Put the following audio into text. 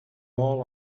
all